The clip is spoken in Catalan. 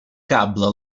cable